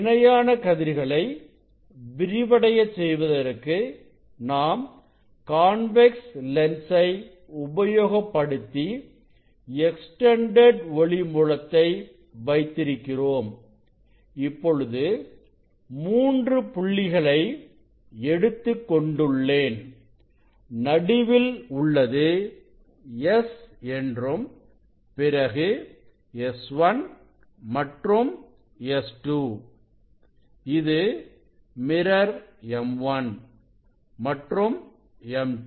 இணையான கதிர்களை விரிவடையச் செய்வதற்கு நாம் கான்வெக்ஸ் லென்சை உபயோகப்படுத்தி எக்ஸ்டெண்டெட் ஒளி மூலத்தை வைத்திருக்கிறோம் இப்பொழுது மூன்று புள்ளிகளை எடுத்துக்கொண்டுள்ளேன் நடுவில் உள்ளது S என்றும் பிறகுS1 மற்றும்S2 இது மிரர் M1 மற்றும்M2